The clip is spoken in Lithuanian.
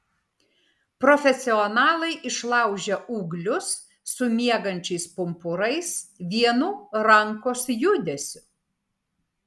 profesionalai išlaužia ūglius su miegančiais pumpurais vienu rankos judesiu